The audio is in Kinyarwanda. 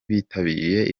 bitabiriye